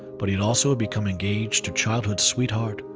but he'd also become engaged to childhood sweetheart,